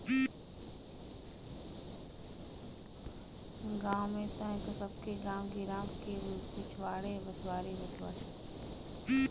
गांव में तअ सबके गांव गिरांव के पिछवारे बसवारी होत बाटे